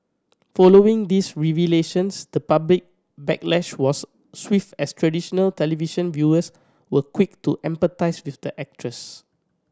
following these revelations the public backlash was swift as traditional television viewers were quick to empathise with the actress